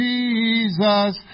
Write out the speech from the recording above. Jesus